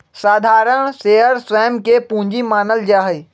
साधारण शेयर स्वयं के पूंजी मानल जा हई